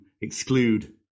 exclude